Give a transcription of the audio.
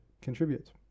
contribute